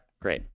great